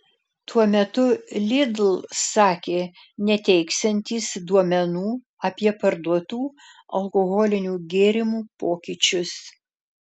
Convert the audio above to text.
tuo metu lidl sakė neteiksiantys duomenų apie parduotų alkoholinių gėrimų pokyčius